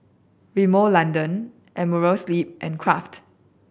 Rimmel London Amerisleep and Kraft